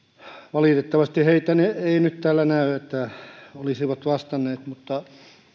valitettavasti heitä ei nyt täällä näy että olisivat vastanneet mutta